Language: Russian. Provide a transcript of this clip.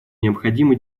необходимо